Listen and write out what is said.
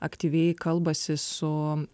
aktyviai kalbasi su